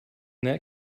that